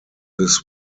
this